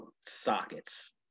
sockets